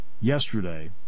Yesterday